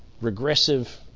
regressive